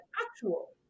actual